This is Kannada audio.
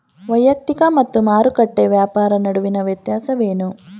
ವೈಯಕ್ತಿಕ ಮತ್ತು ಮಾರುಕಟ್ಟೆ ವ್ಯಾಪಾರ ನಡುವಿನ ವ್ಯತ್ಯಾಸವೇನು?